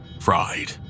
fried